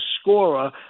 scorer